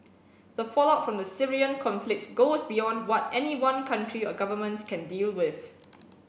the fallout from the Syrian conflict goes beyond what any one country or governments can deal with